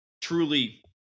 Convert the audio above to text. truly